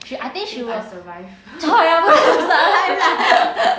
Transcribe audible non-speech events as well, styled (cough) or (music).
I think she will !choy! of course you survive lah (laughs)